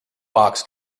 box